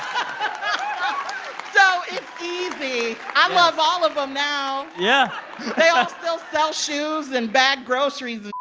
um so it's easy. i love all of them now yeah they all still sell shoes and bag groceries and,